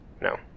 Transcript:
No